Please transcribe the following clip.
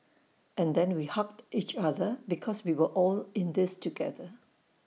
and then we hugged each other because we were all in this together